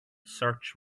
search